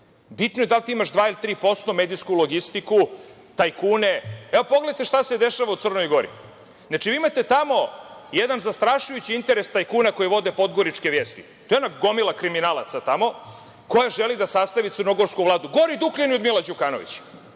Bitno je da li ti imaš 2% ili 3% medijsku logistiku, tajkune. Pogledajte šta se dešava u Crnoj Gori. Imate tamo jedan zastrašujući interes tajkuna koji vode podgoričke „Vijesti“. To je jedna gomila kriminalaca tamo, koja želi da sastavi crnogorsku Vladu, gori Dukljani od Mila Đukanovića,